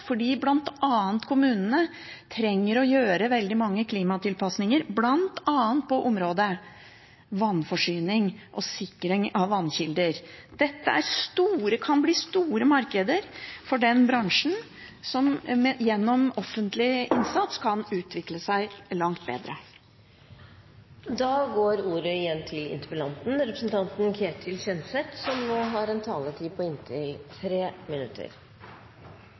kommunene trenger å gjøre mange klimatilpasninger, bl.a. på området vannforsyning og sikring av vannkilder. Dette kan bli store markeder for den bransjen som gjennom offentlig innsats kan utvikle seg langt bedre. Takk til dem som har deltatt i debatten. Jeg skylder å gjøre oppmerksom på at vi har